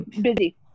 busy